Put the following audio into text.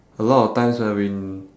a lot of times when we